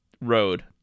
road